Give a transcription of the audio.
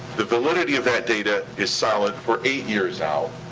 the validity of that data is solid for eight years out,